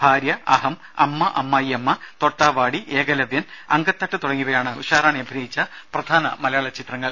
ഭാര്യ അഹം അമ്മ അമ്മായിയമ്മ തൊട്ടാവാടി ഏകലവ്യൻ അങ്കത്തട്ട് തുടങ്ങിയവയാണ് ഉഷാറാണി അഭിനയിച്ച പ്രധാന മലയാള ചിത്രങ്ങൾ